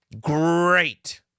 great